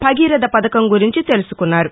భగీరథ పథకం గురించి తెలుసుకున్నారు